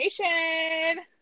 nation